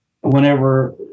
whenever